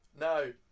No